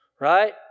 Right